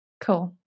Cool